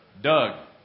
Doug